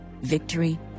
victory